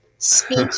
speech